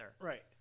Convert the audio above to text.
Right